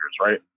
right